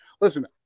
Listen